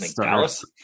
Dallas